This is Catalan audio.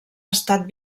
estat